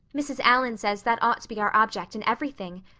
mrs. allan says that ought to be our object in everything.